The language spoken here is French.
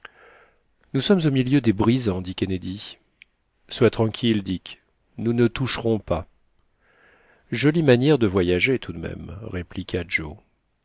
nous sommes au milieu des brisants dit kennedy sois tranquille dick nous ne toucherons pas jolie manière de voyager tout de même répliqua joe